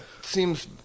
seems